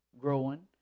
growing